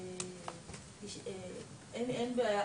אין בעיה,